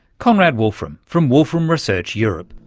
conrad wolfram from wolfram research europe.